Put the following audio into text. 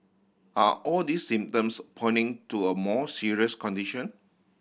are all these symptoms pointing to a more serious condition